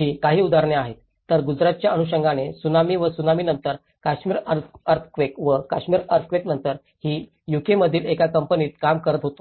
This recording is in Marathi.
ही काही उदाहरणे आहेत तर गुजरातच्या अनुषंगाने त्सुनामी व त्सुनामीनंतर काश्मीर अर्थक्वेक व काश्मीर अर्थक्वेकानंतर मी यूके मधील एका कंपनीत काम करत होतो